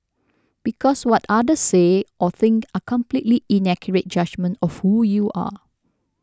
because what others say or think are completely inaccurate judgement of who you are